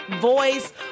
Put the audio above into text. voice